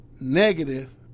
negative